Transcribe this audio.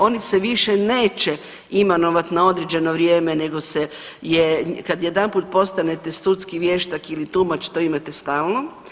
Oni se više neće imenovat na određeno vrijeme nego se je, kad jedanput postanete sudski vještak ili tumač to imate stalno.